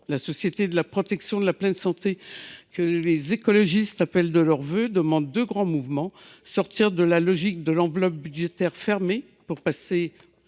La société de la protection de la pleine santé que les écologistes appellent de leurs vœux demande deux grands mouvements : sortir de la logique de l’enveloppe budgétaire fermée, pour passer